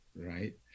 right